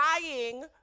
dying